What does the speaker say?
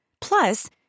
Plus